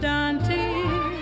Dante